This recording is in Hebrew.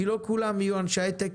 כי לא כולם יהיו אנשי היי-טק,